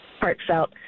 heartfelt